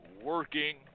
working